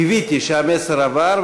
קיוויתי שהמסר עבר.